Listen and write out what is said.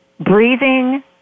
Breathing